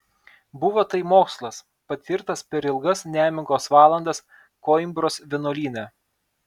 buvo tai mokslas patirtas per ilgas nemigos valandas koimbros vienuolyne